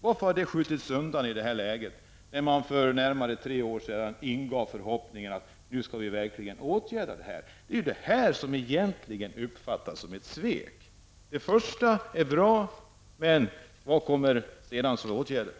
Varför har sådant skjutits undan i det här läget? För närmare tre år sedan ingavs förhoppningar om åtgärder. Det är detta som uppfattas som ett svek. Det första är bra, men vad kommer sedan i form av åtgärder?